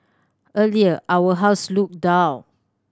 earlier our house looked dull